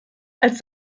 als